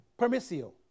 permissio